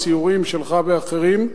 מסיורים שלך ואחרים,